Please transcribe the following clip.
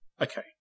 Okay